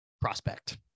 prospect